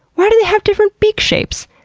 why do they have different beak shapes?